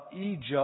Egypt